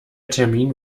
termin